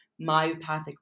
myopathic